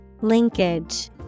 Linkage